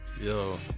Yo